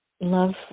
love